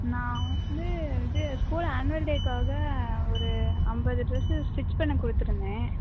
நான் வந்து இது ஸ்கூல் ஆன்வல் டேக்காக ஒரு ஐம்பது ட்ரஸ்ஸு ஸ்டிச் பண்ண கொடுத்துருந்தேன்